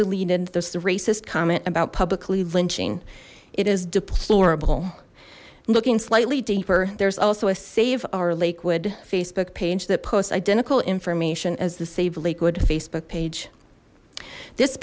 deleted this racist comment about publicly lynching it is deplorable looking slightly deeper there's also a save our lakewood facebook page that posts identical information as the save lakewood facebook page this